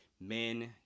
men